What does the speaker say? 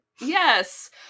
Yes